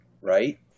right